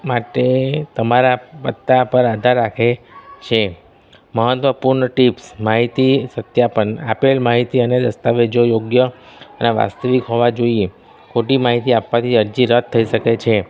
માટે તમારા ભત્તા પર આધાર રાખે છે મહત્ત્વપૂર્ણ ટિપ્સ માહિતી સત્યાપન આપેલ માહિતી અને દસ્તાવેજો યોગ્ય અને વાસ્તવિક હોવાં જોઈએ ખોટી માહિતી આપવાથી અરજી રદ થઈ શકે છે